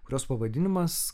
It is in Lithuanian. kurios pavadinimas